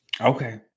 Okay